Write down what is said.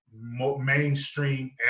mainstream